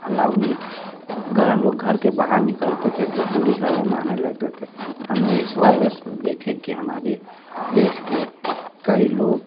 allow नहीं था अगर हम लोग घर के बाहर निकलते थे तो पुलिस वाले मारने लगते थे हमने इस वायरस में देखे कि हमारे देश के कई लोग